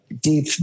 deep